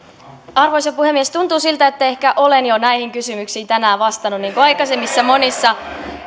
arvoisa puhemies tuntuu siltä että ehkä olen jo näihin kysymyksiin tänään vastannut niin kuin monissa aikaisemmissa